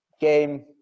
game